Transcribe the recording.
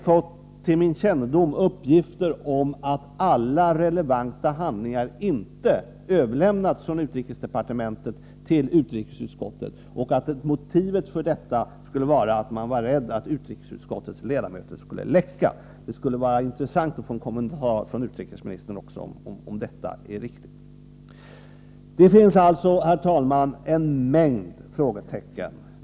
fått uppgift om att inte alla relevanta handlingar har överlämnats från utrikesdepartementet till utrikesutskottet och att motivet för detta skulle vara att man var rädd att utrikesutskottets ledamöter skulle läcka. — Det skulle vara intressant att få en kommentar från utrikesministern också om huruvida detta är riktigt. Det finns alltså, herr talman, en mängd frågetecken.